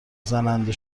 زننده